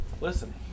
Listen